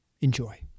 Enjoy